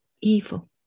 evil